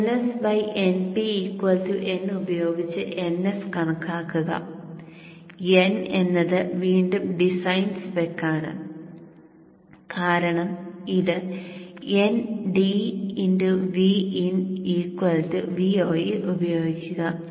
NsNp n ഉപയോഗിച്ച് Ns കണക്കാക്കുക n എന്നത് വീണ്ടും ഡിസൈൻ സ്പെക് ആണ് കാരണം ഇത് ndVin Vo യിൽ ഉപയോഗിക്കുക